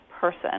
person